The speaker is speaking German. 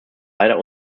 leider